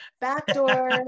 backdoor